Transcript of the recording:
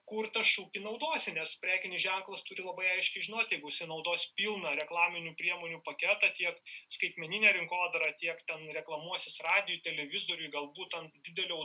kur tą šūkį naudosi nes prekinis ženklas turi labai aiškiai žinoti jeigu jisai naudos pilną reklaminių priemonių paketą tiek skaitmeninė rinkodara tiek ten reklamuosis radijuj televizoriuj galbūt ant didelių